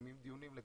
מקיימים דיונים.